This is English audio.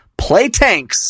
Playtanks